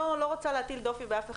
אני לא רוצה להטיל דופי באף אחד,